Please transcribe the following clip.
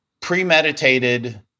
premeditated